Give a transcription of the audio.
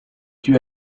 due